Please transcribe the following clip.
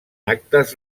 actes